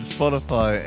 Spotify